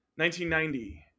1990